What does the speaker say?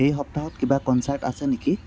এই সপ্তাহত কিবা কনচাৰ্ট আছে নেকি